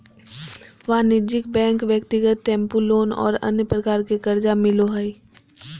वाणिज्यिक बैंक ब्यक्तिगत tempo loan और अन्य प्रकार के कर्जा मिलो हइ